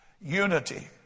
unity